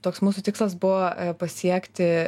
toks mūsų tikslas buvo pasiekti